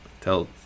Tell